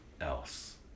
else